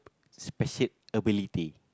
special ability